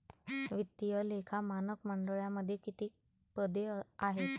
वित्तीय लेखा मानक मंडळामध्ये किती पदे आहेत?